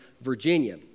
Virginia